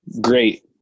great